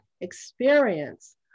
experience